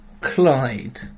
Clyde